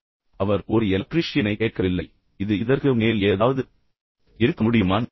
அவர் வெளிப்படையாக ஒரு எலக்ட்ரீஷியனைக் கேட்கவில்லை இது இதற்கு மேல் ஏதாவது இருக்க முடியுமா